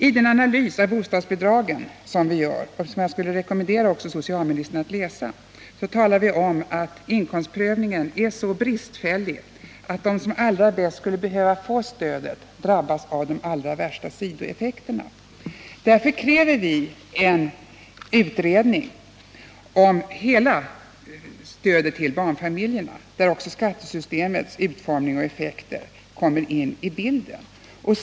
I den analys av bostadsbidragen som vi gjort och som jag skulle rekommendera också socialministern att läsa säger vi att inkomstprövningen är så bristfällig att de som allra bäst skulle behöva stödet drabbas av de allra värsta sidoeffekterna. Därför kräver vi en utredning om hela stödet till barnfamiljerna, där också skattesystemets utformning och effekter kommer in i bilden.